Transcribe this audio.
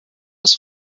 des